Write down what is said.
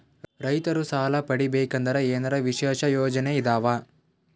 ರೈತರು ಸಾಲ ಪಡಿಬೇಕಂದರ ಏನರ ವಿಶೇಷ ಯೋಜನೆ ಇದಾವ?